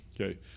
Okay